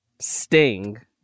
Sting